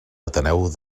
ateneu